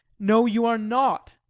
no, you are not.